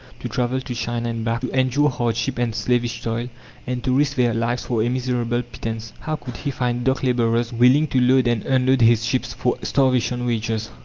to travel to china and back, to endure hardship and slavish toil and to risk their lives for a miserable pittance? how could he find dock labourers willing to load and unload his ships for starvation wages?